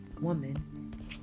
woman